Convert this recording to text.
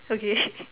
okay